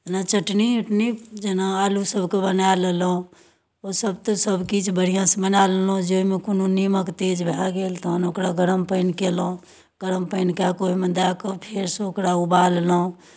जेना चटनी उटनी जेना आलूसभके बनाए लेलहुँ ओसभ तऽ सभ किछु बढ़िआँसँ बनाए लेलहुँ जाहिमे कोनो नीमक तेज भए गेल तखन ओकरा गरम पानि कयलहुँ गरम पानि कए कऽ ओहिमे दए कऽ फेरसँ ओकरा उबाललहुँ